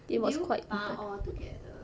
did you 拔 all together